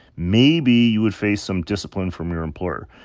maybe you would face some discipline from your employer,